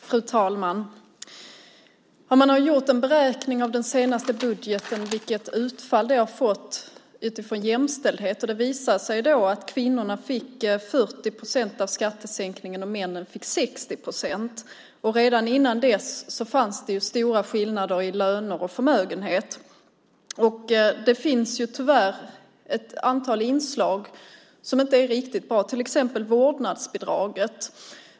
Fru talman! Man har gjort en beräkning på den senaste budgeten av vilket utfall den har fått när det gäller jämställdhet. Det visar sig att kvinnorna fick 40 procent av skattesänkningen och männen fick 60 procent. Redan tidigare fanns det ju stora skillnader i löner och förmögenhet. Det finns tyvärr ett antal inslag som inte är riktigt bra. Det gäller till exempel vårdnadsbidraget.